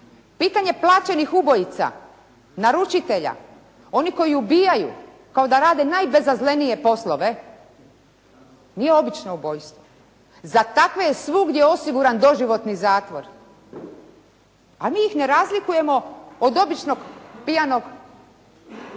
Pitanje plaćenih ubojica, naručitelja, oni koji ubijaju kao da rade najbezazlenije poslove nije obično ubojstvo. Za takve je svugdje osiguran doživotni zatvor, a mi ih ne razlikujemo od običnog pijanog